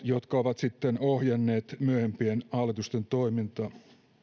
jotka ovat sitten ohjanneet myöhempien hallitusten toimintaa